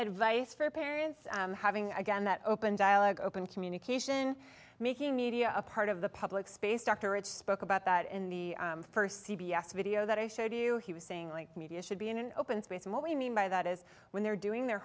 advice for parents having again that open dialogue open communication making media a part of the public space doctorate spoke about that in the first c b s video that i showed you he was saying like media should be in an open space and what we mean by that is when they're doing their